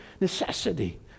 necessity